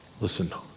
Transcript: listen